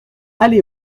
allée